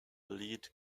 lead